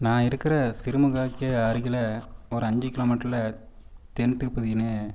நான் இருக்கிற சிறுமுகைக்கு அருகில் ஒரு அஞ்சு கிலோ மீட்டரில் தென் திருப்பதினு